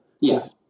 Yes